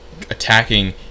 attacking